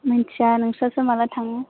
मिन्थिया नोंसोरसो माला थाङो